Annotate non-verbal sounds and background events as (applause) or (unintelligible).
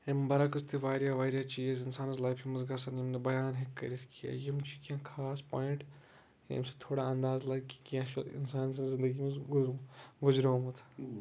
اَمہِ برعکٔس تہِ واریاہ واریاہ چیٖز اِنسانَس لایفہِ منٛز گژھان یِم نہٕ بَیان ہیٚکہِ کٔرِتھ کیٚنٛہہ یِم چھٕ کیٚنٛہہ خاص پوینٹ ییٚمہِ سۭتۍ تھوڑا اَنٛدازٕ لَگہِ کہِ کیٚنٛہہ چھُ اِنسان سٕنٛز زنٛدگی منٛز (unintelligible) گُزریومُت